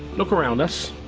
look around that's,